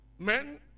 Men